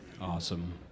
Awesome